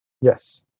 Yes